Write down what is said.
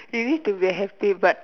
you need to be happy but